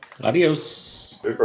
Adios